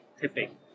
tipping